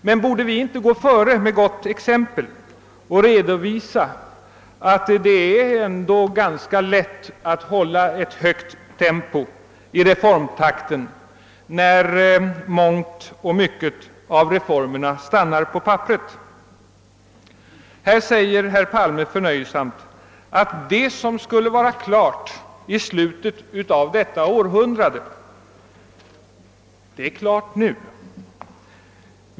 Borde inte vi då gå före med gott exempel och redovisa att det ändå är ganska lätt att hålla ett högt tempo i reformtakten när mångt och mycket av reformerna stannar på Papperet? Herr Palme säger förnöjsamt att det som skulle vara klart i slutet av detta århundrade är klart redan nu.